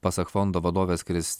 pasak fondo vadovės kris